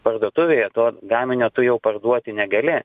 parduotuvėje to gaminio tu jau parduoti negali